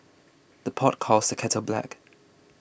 the pot calls the kettle black